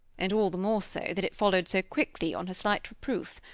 and all the more so that it followed so quickly on her slight reproof.